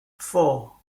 four